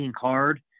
card